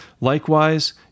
Likewise